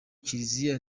kiliziya